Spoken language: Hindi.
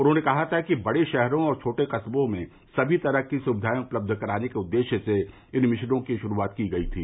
उन्होंने कहा था कि बड़े शहरों और छोटे कस्बो में समी तरह की सुविधाएं उपलब्ध कराने के उद्देश्य से इन मिशनों की शुरूआत की गई थी